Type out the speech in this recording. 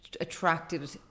attracted